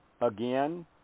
again